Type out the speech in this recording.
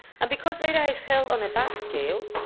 and because data is held on a vast scale,